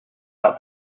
out